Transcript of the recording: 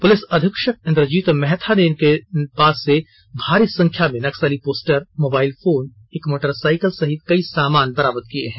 police अधीक्षक इन्द्रजीत महथा ने इनके पास से भारी संख्याँ में नक्सली पोस्टर मोबाइल फोन एक मोटरसाइकिल सहित कई सामान बरामद किये हैं